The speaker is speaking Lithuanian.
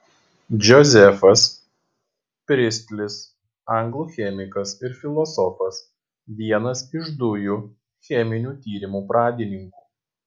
džozefas pristlis anglų chemikas ir filosofas vienas iš dujų cheminių tyrimų pradininkų